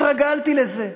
התרגלתי לזה.